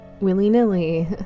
willy-nilly